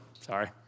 sorry